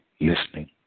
listening